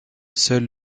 seul